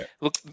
Look